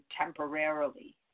temporarily